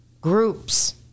groups